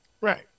Right